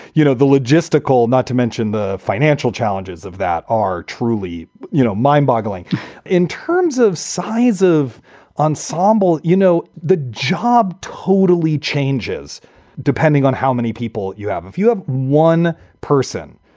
you know, the logistical. not to mention the financial challenges of that are truly you know mind boggling in terms of size of ensemble. you know, the job totally changes depending on how many people you have. if you have one person,